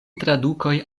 tradukoj